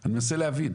אני מנסה להבין.